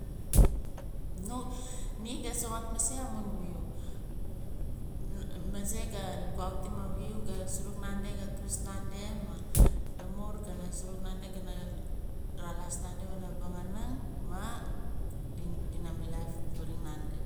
Ni gai soxot mase amun wiu mase ga lukautim a wiu ga suruk nandi ga tus nandi maah lamur ga suruk nandi gana ralaas nandi pana vangaring mah gana milaif varing nandi